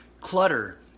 Clutter